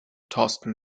thorsten